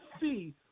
see